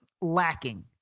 lacking